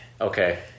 okay